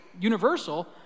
universal